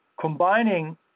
combining